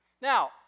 Now